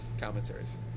commentaries